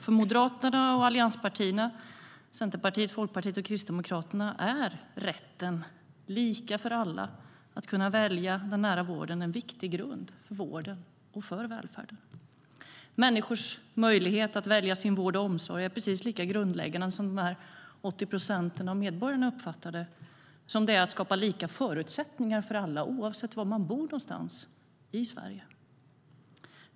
För Moderaterna och allianspartierna, Centerpartiet, Folkpartiet och Kristdemokraterna, är rätten - lika för alla - att kunna välja den nära vården en viktig grund för vården och välfärden. Människors möjlighet att välja sin vård och omsorg är precis lika grundläggande, som de 80 procenten av medborgarna uppfattar det, som det är att skapa lika förutsättningar för alla oavsett var de bor någonstans i Sverige.